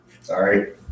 Sorry